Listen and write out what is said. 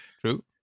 true